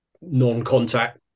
non-contact